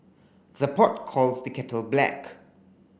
the pot calls the kettle black